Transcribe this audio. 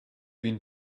been